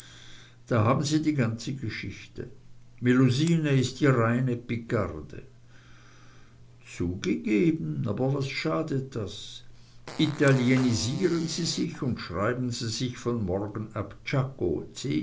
da haben sie die ganze geschichte melusine ist die reine picarde zugegeben aber was schadet das italienisieren sie sich und schreiben sie sich von morgen ab